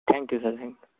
thank you sir thank you